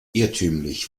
irrtümlich